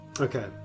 Okay